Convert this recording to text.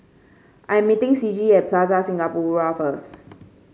I am meeting Ciji at Plaza Singapura first